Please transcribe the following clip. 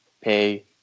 pay